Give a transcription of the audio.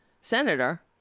senator